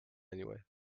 anyway